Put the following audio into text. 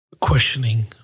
questioning